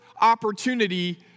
opportunity